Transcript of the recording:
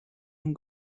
and